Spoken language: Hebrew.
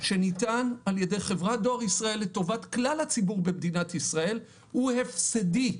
שניתן על ידי חברת דואר ישראל לטובת כלל הציבור במדינת ישראל הוא הפסדי.